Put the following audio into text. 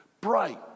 Bright